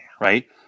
Right